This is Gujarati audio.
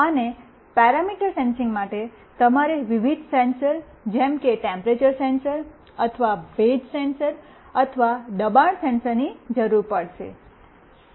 અને પેરામીટર સેન્સિંગ માટે તમારે વિવિધ સેન્સર જેમ કે ટેમ્પરેચર સેન્સર અથવા ભેજ સેન્સર અથવા દબાણ સેન્સરની જરૂર પડશે